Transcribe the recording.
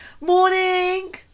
Morning